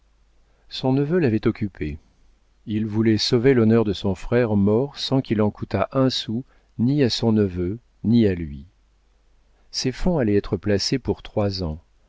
son neveu l'avait occupé il voulait sauver l'honneur de son frère mort sans qu'il en coûtât un sou ni à son neveu ni à lui ses fonds allaient être placés pour trois ans